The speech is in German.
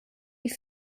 die